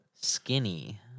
Skinny